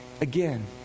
again